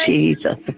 Jesus